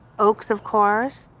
oaks of course,